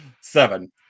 seven